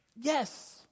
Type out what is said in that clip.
Yes